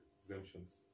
exemptions